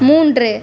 மூன்று